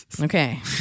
Okay